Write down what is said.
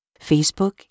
Facebook